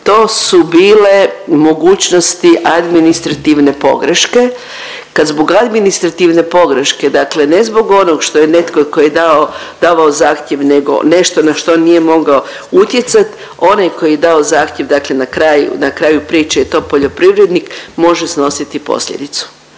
to su bile mogućnosti administrativne pogreške, kad zbog administrativne pogreške, dakle ne zbog onog što je netko tko je dao, davao zahtjev nego nešto na što nije mogao utjecati, onaj koji je dao zahtjev dakle na kraj, na kraju priče je to poljoprivrednik može snositi posljedicu.